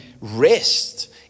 rest